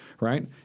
Right